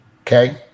Okay